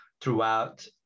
throughout